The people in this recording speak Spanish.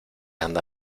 anda